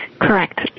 Correct